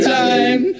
time